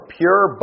pure